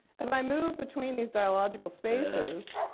as i move between these dialogical spaces,